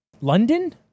London